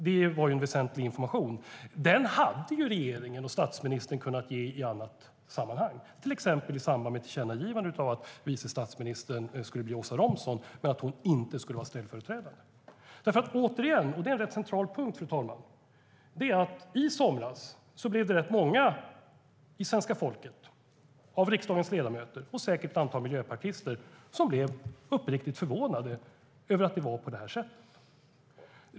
Det var en väsentlig information som regeringen och statsministern hade kunnat ge i ett annat sammanhang, till exempel med ett tillkännagivande av att vice statsminister skulle bli Åsa Romson men att hon inte skulle vara ställföreträdare. Återigen, och det är en rätt central punkt, fru talman, är det så att i somras blev rätt många bland svenska folket, av riksdagens ledamöter och säkert ett antal miljöpartister uppriktigt förvånade över att det var på det här sättet.